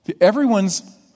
Everyone's